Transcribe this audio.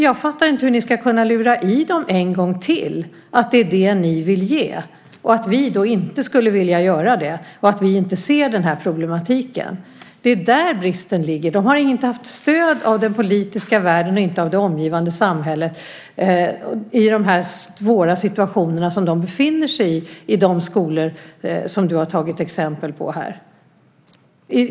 Jag fattar inte hur ni ska kunna lura i dem en gång till att det är det ni vill ge - och att vi inte skulle vilja göra det, att vi inte ser den problematiken. Det är där bristen finns. Lärarna får inte stöd av den politiska världen, och inte heller av det omgivande samhället, när de befinner sig i svåra situationer i de skolor som Mikael Damberg gett exempel på.